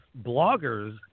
Bloggers